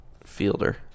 Fielder